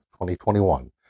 2021